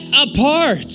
apart